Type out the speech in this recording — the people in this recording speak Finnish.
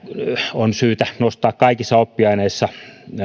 on syytä nostaa kaikissa oppiaineissa